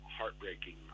heartbreaking